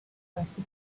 university